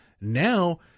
now